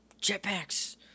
jetpacks